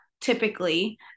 typically